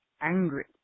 angry